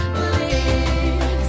believe